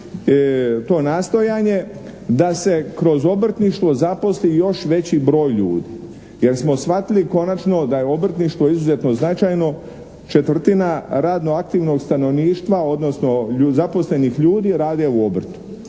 to nastojanje da se kroz obrtništvo zaposli još veći broj ljudi jer smo shvatili konačno da je obrtništvo izuzetno značajno četvrtina radno aktivnog stanovništva odnosno zaposlenih ljudi rade u obrtu.